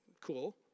Cool